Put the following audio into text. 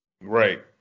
Right